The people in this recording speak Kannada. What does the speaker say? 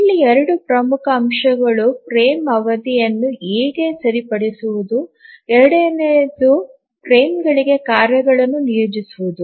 ಇಲ್ಲಿ ಎರಡು ಪ್ರಮುಖ ಅಂಶಗಳು ಫ್ರೇಮ್ ಅವಧಿಯನ್ನು ಹೇಗೆ ಸರಿಪಡಿಸುವುದು ಎರಡನೆಯದು ಫ್ರೇಮ್ಗಳಿಗೆ ಕಾರ್ಯಗಳನ್ನು ನಿಯೋಜಿಸುವುದು